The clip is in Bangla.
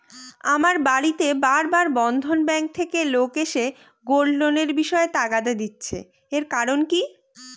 আমার বাড়িতে বার বার বন্ধন ব্যাংক থেকে লোক এসে গোল্ড লোনের বিষয়ে তাগাদা দিচ্ছে এর কারণ কি?